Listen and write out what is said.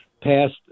passed